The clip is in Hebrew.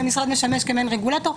והמשרד משמש כמעין רגולטור.